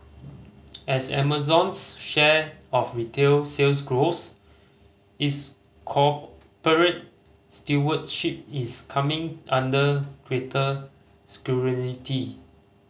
as Amazon's share of retail sales grows its corporate stewardship is coming under greater